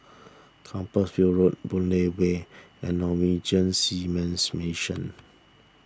Road Boon Lay Way and Norwegian Seamen's Mission